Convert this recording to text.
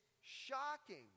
shocking